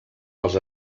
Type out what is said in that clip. dels